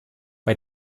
bei